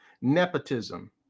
nepotism